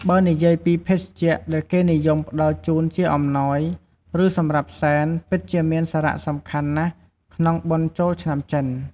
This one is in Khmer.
បើនិយាយពីភេសជ្ជៈ ដែលគេនិយមផ្ដល់ជូនជាអំណោយ ឬសម្រាប់សែន ពិតជាមានសារៈសំខាន់ណាស់ក្នុងបុណ្យចូលឆ្នាំចិន។